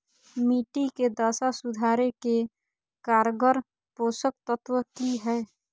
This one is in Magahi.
मिट्टी के दशा सुधारे के कारगर पोषक तत्व की है?